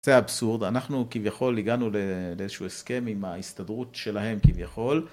זה אבסורד, אנחנו כביכול הגענו לאיזשהו הסכם עם ההסתדרות שלהם כביכול.